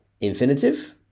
infinitive